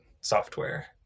software